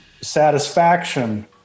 satisfaction